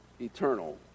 eternal